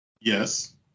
Yes